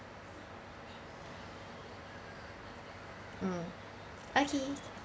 mm okay